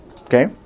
Okay